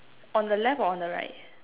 on the left or on the right